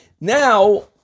Now